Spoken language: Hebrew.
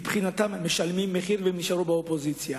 מבחינתם, הם משלמים מחיר והם נשארו באופוזיציה.